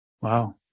Wow